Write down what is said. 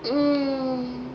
mmhmm